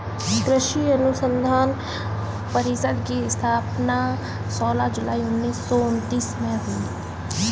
कृषि अनुसंधान परिषद की स्थापना सोलह जुलाई उन्नीस सौ उनत्तीस में हुई